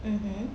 mmhmm